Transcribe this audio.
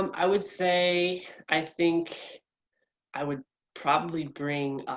um i would say i think i would probably bring